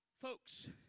Folks